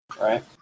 right